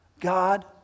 God